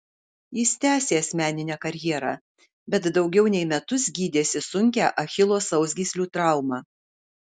jis tęsė asmeninę karjerą bet daugiau nei metus gydėsi sunkią achilo sausgyslių traumą